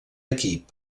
equip